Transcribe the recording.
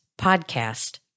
Podcast